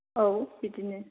औ बिदिनो